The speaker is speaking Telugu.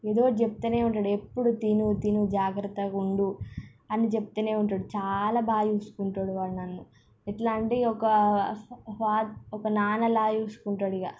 ఏదో ఒకటి చెప్తూనే ఉంటాడు ఎప్పుడు తిను తిను జాగ్రత్తగా ఉండు అని చెప్తూనే ఉంటాడు చాలా బాగా చూసుకుంటాడు వాడు నన్ను ఎట్లా అంటే ఇక ఒక ఒక నాన్న లాగా చూసుకుంటాడు ఇక